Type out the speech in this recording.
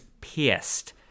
pissed